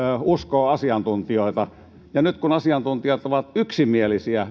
uskoo asiantuntijoita ei nyt usko kun asiantuntijat ovat yksimielisiä